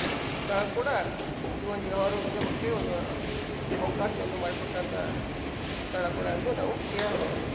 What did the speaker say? ಸ್ ಸ್ಥಳ ಕೂಡ ಈ ಒಂದು ವ್ಯವ್ಹಾರ ಉದ್ಯಮಕ್ಕೆ ಒಂದು ಅವಕಾಶವನ್ನು ಮಾಡಿಕೊಟ್ಟಂಥ ಸ್ಥಳ ಕೂಡ ಎಂದು ನಾವು ಕೇಳಬಹುದು